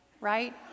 right